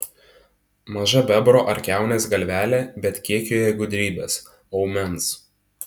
maža bebro ar kiaunės galvelė bet kiek joje gudrybės aumens